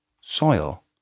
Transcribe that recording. soil